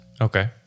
Okay